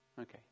okay